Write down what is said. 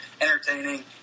entertaining